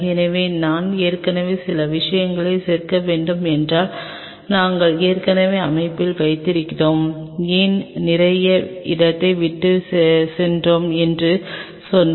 எனவே நான் ஏற்கனவே சில விஷயங்களைச் சேர்க்க வேண்டும் என்றால் நாங்கள் ஏற்கனவே அமைப்பை வைத்திருக்கிறோம் ஏன் நிறைய இடத்தை விட்டுச் சென்றேன் என்று சொன்னேன்